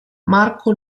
marco